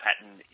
pattern